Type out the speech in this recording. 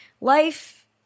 Life